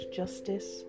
justice